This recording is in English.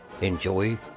Enjoy